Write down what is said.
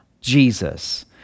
Jesus